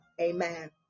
Amen